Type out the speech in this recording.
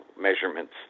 measurements